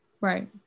Right